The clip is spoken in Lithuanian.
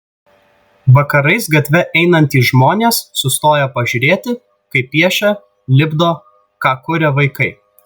vakarais gatve einantys žmonės sustoja pažiūrėti kaip piešia lipdo ką kuria vaikai